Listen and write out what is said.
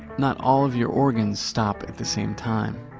not all of your organs stop at the same time.